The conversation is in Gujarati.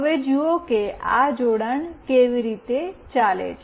હવે જુઓ કે આ જોડાણ કેવી રીતે ચાલે છે